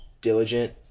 diligent